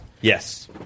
Yes